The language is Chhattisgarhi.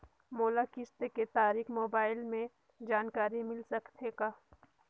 मोला किस्त के तारिक मोबाइल मे जानकारी मिल सकथे का?